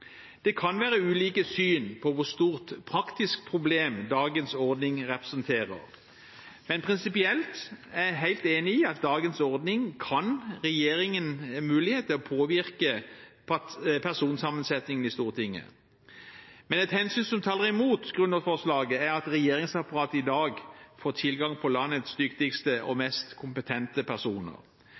Det kan være ulike syn på hvor stort praktisk problem dagens ordning representerer. Men prinsipielt er jeg helt enig i at dagens ordning kan gi regjeringen mulighet til å påvirke personsammensetningen i Stortinget. Et hensyn som taler imot grunnlovsforslaget, er at regjeringsapparatet i dag får tilgang på landets dyktigste og mest kompetente personer.